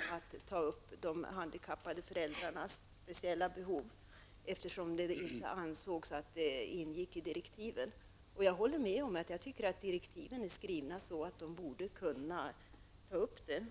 tänker ta upp de handikappades föräldrarnas speciella behov. Det ansågs inte att det ingick i direktiven. Jag håller med om att direktiven är skrivna så att man borde ta upp det.